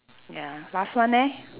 ya last one leh